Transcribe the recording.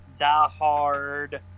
diehard